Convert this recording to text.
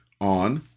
on